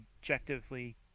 objectively